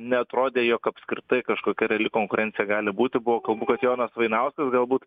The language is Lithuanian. neatrodė jog apskritai kažkokia reali konkurencija gali būti buvo kalbų kad jonas vainauskas galbūt